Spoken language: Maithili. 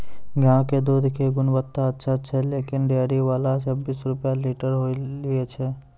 गांव के दूध के गुणवत्ता अच्छा छै लेकिन डेयरी वाला छब्बीस रुपिया लीटर ही लेय छै?